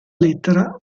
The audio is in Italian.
lettera